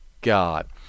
God